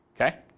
Okay